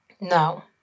no